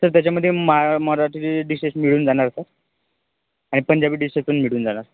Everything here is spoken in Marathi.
सर त्याच्यामधे माय मराठी डिशेश मिळून जाणार सर आणि पंजाबी डिशेश पण मिळून जाणार